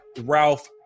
Ralph